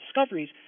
discoveries